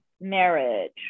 marriage